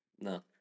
no